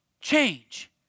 change